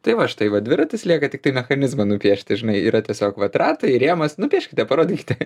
tai va štai va dviratis lieka tiktai mechanizmą nupiešti žinai yra tiesiog vat ratai rėmas nupieškite parodykite